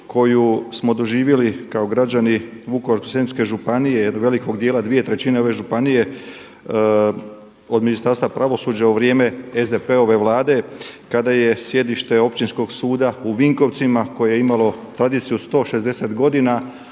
koju smo doživjeli kao građani Vukovarsko-srijemske županije i velikog dijela 2/3 ove županije od Ministarstva pravosuđa u vrijeme SDP-ove vlade kada je sjedište Općinskog suda u Vinkovcima koje je imalo tradiciju 160 godina